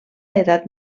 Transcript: edat